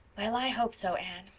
i hope so, anne.